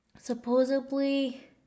Supposedly